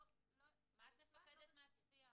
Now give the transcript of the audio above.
מה את מפחדת מהצפייה?